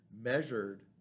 measured